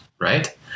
right